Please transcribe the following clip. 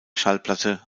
schallplatte